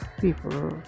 people